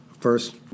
First